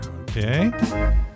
Okay